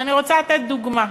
ואני רוצה לתת דוגמה.